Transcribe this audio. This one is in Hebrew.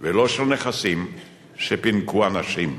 ולא של נכסים שפינקו אנשים.